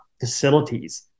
facilities